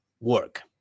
work